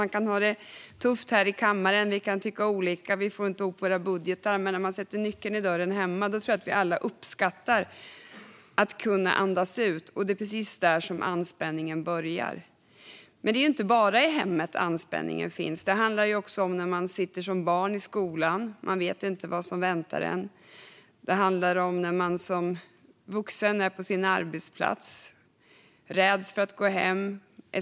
Vi kan ha det tufft här i kammaren - vi kan tycka olika, och vi får kanske inte ihop våra budgetar - men jag tror att vi alla uppskattar att kunna andas ut när vi sätter nyckeln i dörren hemma. Det är dock precis där anspänningen börjar. Men det är inte bara i hemmet som anspänningen finns. Det handlar också om när man som barn sitter i skolan - man vet inte vad som väntar en. Det handlar om när man som vuxen är på sin arbetsplats och räds att gå hem.